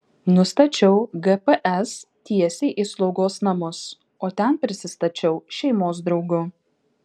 nustačiau gps tiesiai į slaugos namus o ten prisistačiau šeimos draugu